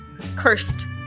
cursed